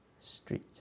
street